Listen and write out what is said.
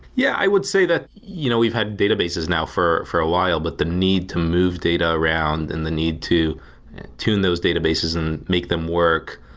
yeah. i would say that you know we've had databases now for for a while, but the need to move data around and the need to tune those databases and make them work,